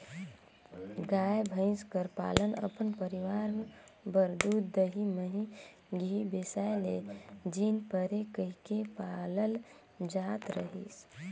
गाय, भंइस कर पालन अपन परिवार बर दूद, दही, मही, घींव बेसाए ले झिन परे कहिके पालल जात रहिस